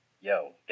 yo